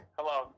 Hello